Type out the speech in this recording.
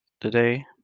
today